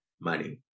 money